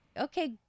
Okay